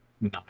nine